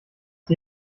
die